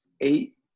eight